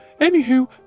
Anywho